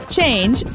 Change